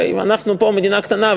הרי אנחנו פה מדינה קטנה,